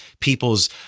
people's